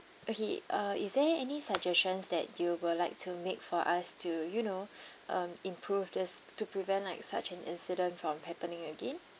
okay uh is there any suggestions that you will like to make for us to you know um improve this to prevent like such an incident from happening again